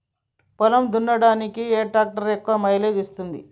పొలం దున్నడానికి ఏ ట్రాక్టర్ ఎక్కువ మైలేజ్ ఇస్తుంది?